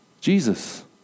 Jesus